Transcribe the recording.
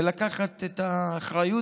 ולקחת את האחריות.